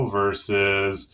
versus